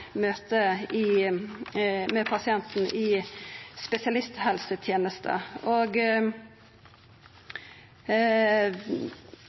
med pasienten i spesialisthelsetenesta.